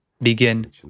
begin